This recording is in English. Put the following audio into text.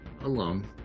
alone